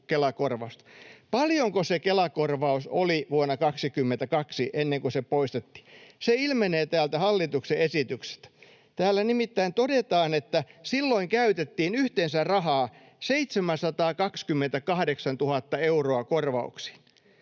Kela-korvausta. Paljonko se Kela-korvaus oli vuonna 22, ennen kuin se poistettiin? Se ilmenee täältä hallituksen esityksestä. Täällä nimittäin todetaan, että silloin käytettiin yhteensä rahaa 728 000 euroa korvauksiin.